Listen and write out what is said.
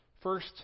First